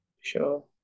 Sure